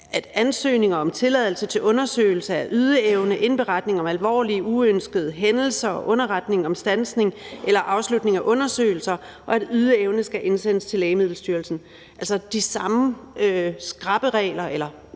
om ansøgninger om tilladelse til undersøgelse af ydeevne, indberetning om alvorlige uønskede hændelser, underretning om standsning eller afslutning af undersøgelser, og at ydeevne skal indsendes til Lægemiddelstyrelsen – altså så de samme skrappe regler eller